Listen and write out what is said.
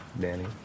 Danny